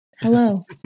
Hello